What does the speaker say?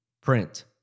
print